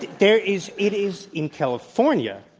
there is, it is in california,